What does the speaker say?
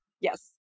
Yes